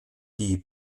die